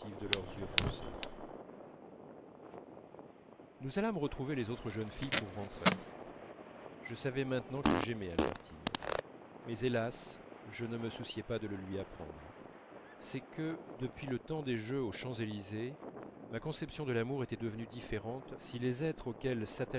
de leurs yeux foncés nous allâmes retrouver les autres jeunes filles pour rentrer je savais maintenant que j'aimais albertine mais hélas je ne me souciais pas de le lui apprendre c'est que depuis le temps des jeux aux champs-élysées ma conception de l'amour était devenue différente si les êtres auxquels